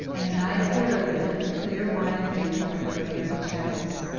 and the night poured over them a clear wine of dew from her airy chalice.